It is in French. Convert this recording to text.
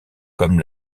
comme